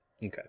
okay